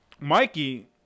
Mikey